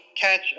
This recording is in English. catch